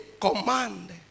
command